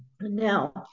Now